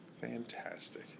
Fantastic